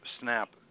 Snap